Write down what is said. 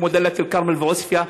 כמו דאלית אל-כרמל ועוספיא.